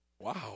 Wow